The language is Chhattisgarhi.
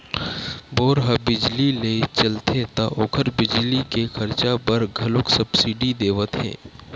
बोर ह बिजली ले चलथे त ओखर बिजली के खरचा बर घलोक सब्सिडी देवत हे